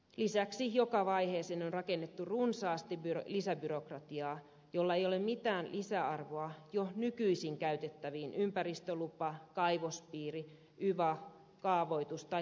lisäksi joka vaiheeseen on rakennettu runsaasti lisäbyrokratiaa jolla ei ole mitään lisäarvoa jo nykyisin käytettäviin ympäristölupa kaivospiiri yva kaavoitus tai turvallisuusmenettelyihin